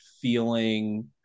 feeling